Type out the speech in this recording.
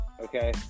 okay